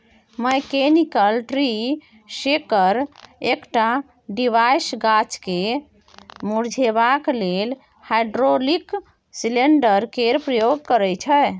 mechanical tree shaker एकटा device गाछ केँ मुरझेबाक लेल हाइड्रोलिक सिलेंडर केर प्रयोग करय छै